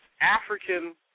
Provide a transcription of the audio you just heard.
African